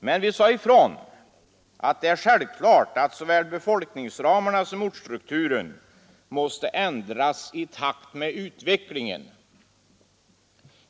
Men vi sade ifrån att det är självklart att såväl befolkningsramarna som ortsstrukturen måste ändras i takt med utvecklingen.